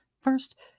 First